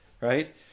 right